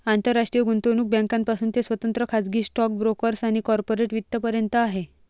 आंतरराष्ट्रीय गुंतवणूक बँकांपासून ते स्वतंत्र खाजगी स्टॉक ब्रोकर्स आणि कॉर्पोरेट वित्त पर्यंत आहे